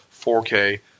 4K